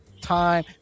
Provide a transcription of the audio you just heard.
time